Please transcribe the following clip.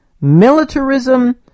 militarism